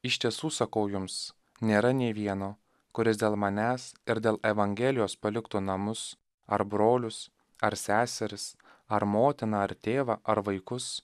iš tiesų sakau jums nėra nei vieno kuris dėl manęs ir dėl evangelijos paliktų namus ar brolius ar seseris ar motiną ar tėvą ar vaikus